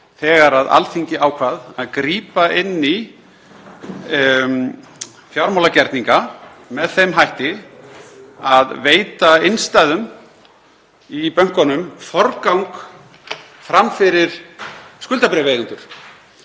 þegar Alþingi ákvað að grípa inn í um fjármálagerninga með þeim hætti að veita innstæðum í bönkunum forgang fram fyrir skuldabréfaeigendur.